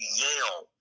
yale